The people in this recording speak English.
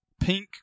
pink